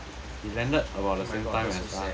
oh my god I'm so sad